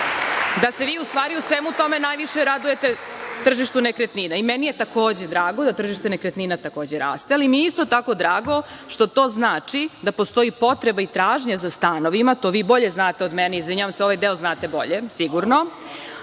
da se vi u svemu tome najviše radujete, tržištu nekretnina i meni je takođe drago da tržište nekretnina takođe raste, ali mi je isto tako drago što to znači da postoji potreba i tražnja za stanovima. To vi bolje znate od mene. Izvinjavam se, ovaj deo znate bolje, sigurno